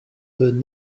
donne